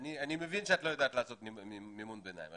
אני מבין שאת לא יודעת לעשות מימון ביניים,